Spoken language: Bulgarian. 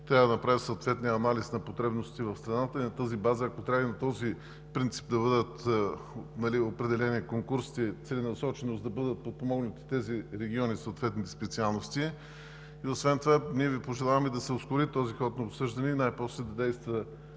трябва да направи съответния анализ на потребностите в страната и на тази база, ако трябва и на този принцип, да бъдат определени конкурсите целенасочено, за да бъдат подпомогнати тези региони със съответните специалности. Ние Ви пожелаваме да се ускори този ход на обсъждане и най после да действа